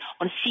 on